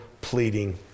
pleading